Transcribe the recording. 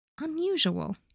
Unusual